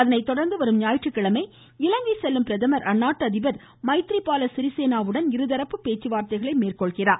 அதனை தொடர்ந்து வரும் ஞாயிற்றுக்கிழமை இலங்கை செல்லும் பிரதமர் அந்நாட்டு அதிபர் மைத்ரி பால சிறிசேனாவுடன் இரு தரப்பு பேச்சுவார்த்தைகளை மேற்கொள்கிறார்